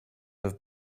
have